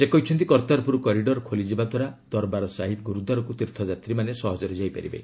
ସେ କହିଛନ୍ତି କର୍ତ୍ତାରପୁର କରିଡ଼ର ଖୋଲିଯିବା ଦ୍ୱାରା ଦରବାର ସାହିବ ଗୁରୁଦ୍ୱାରାକୁ ତୀର୍ଥଯାତ୍ରୀମାନେ ସହଜରେ ଯାଇପାରିବେ